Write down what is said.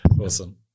Awesome